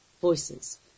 Voices